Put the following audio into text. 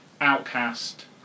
outcast